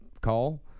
call